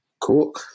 Cool